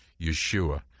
Yeshua